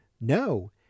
No